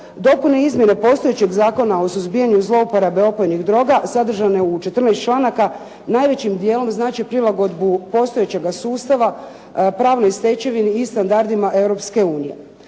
dopune i izmjene postojećeg Zakona o suzbijanju zlouporabe opojnih droga sadržane u 14 članaka, najvećim dijelom znači prilagodbu postojećega sustava, pravne stečevini i standardima